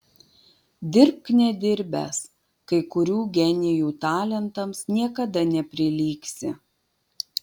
dirbk nedirbęs kai kurių genijų talentams niekada neprilygsi